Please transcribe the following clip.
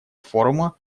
форума